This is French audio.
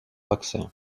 vaccin